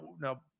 now